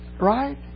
right